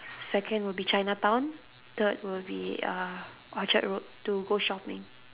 second will be chinatown third will be uh orchard-road to go shopping